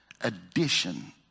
addition